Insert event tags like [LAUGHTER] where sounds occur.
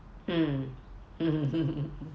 mm mm [LAUGHS]